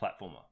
platformer